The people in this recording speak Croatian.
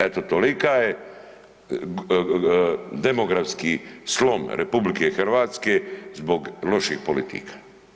Eto tolika je demografski slom RH zbog loših politika.